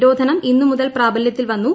നിരോധനം ഇന്ന് മുതൽ പ്രാബലൃത്തിൽ വന്നു